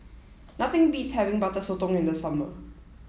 nothing beats having butter Sotong in the summer